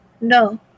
No